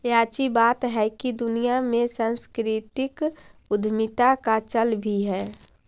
याची बात हैकी दुनिया में सांस्कृतिक उद्यमीता का चल भी है